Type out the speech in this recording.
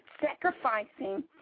sacrificing